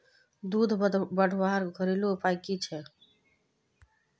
दूध बढ़वार घरेलू उपाय की छे?